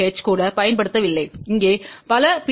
H கூட பயன்படுத்தவில்லை இங்கே பல பி